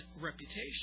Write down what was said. reputation